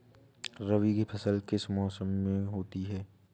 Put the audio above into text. रबी की फसल किस मौसम में होती है?